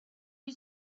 you